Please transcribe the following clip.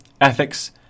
ethics